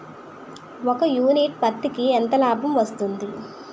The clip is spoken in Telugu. ఒక యూనిట్ పత్తికి ఎంత లాభం వస్తుంది?